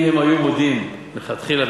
אם היו מודים מלכתחילה,